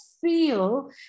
feel